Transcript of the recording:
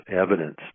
evidence